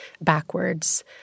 backwards